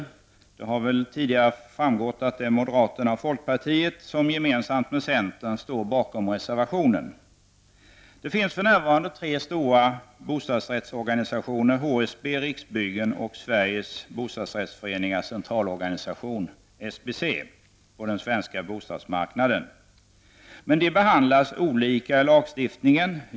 Av debatten har redan framgått att det är moderaterna och folkpartiet som tillsammans med centern står bakom den reservationen. Det finns för närvarande tre stora bostadsrättsorganisationer, HSB, Riksbyggen och SBC, på den svenska bostadsmarknaden. Dessa organisationer behandlas olika i lagstiftningen.